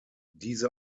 diese